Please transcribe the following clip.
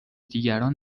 دیگران